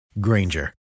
Granger